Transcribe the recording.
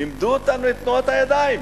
לימדו אותנו את תנועות הידיים.